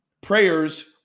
Prayers